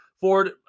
Ford